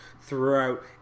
throughout